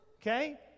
Okay